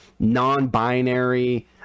Non-binary